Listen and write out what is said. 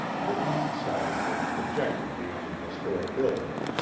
the east side of which projected beyond the store building,